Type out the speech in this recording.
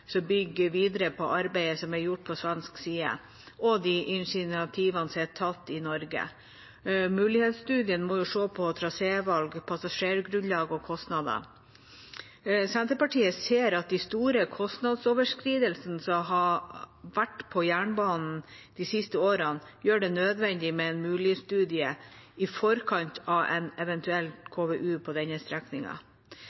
bygger videre på arbeidet som er gjort på svensk side, og de initiativene som er tatt i Norge. Mulighetsstudien må se på trasévalg, passasjergrunnlag og kostnader. Senterpartiet ser at de store kostnadsoverskridelsene som har vært på jernbanen de siste årene, gjør det nødvendig med en mulighetsstudie i forkant av en eventuell